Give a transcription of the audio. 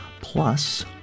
Plus